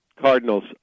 Cardinals